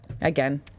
again